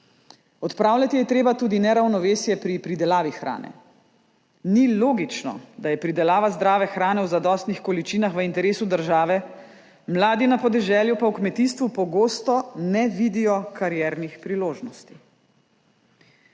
Odpravljati je treba tudi neravnovesje pri pridelavi hrane. Ni logično, da je pridelava zdrave hrane v zadostnih količinah v interesu države, mladi na podeželju pa v kmetijstvu pogosto ne vidijo kariernih priložnosti.